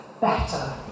better